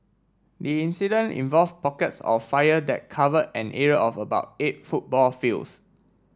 the incident involves pockets of fire that covered an area of about eight football fields